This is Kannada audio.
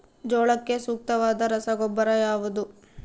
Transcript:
ಜೋಳಕ್ಕೆ ಸೂಕ್ತವಾದ ರಸಗೊಬ್ಬರ ಯಾವುದು?